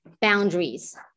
boundaries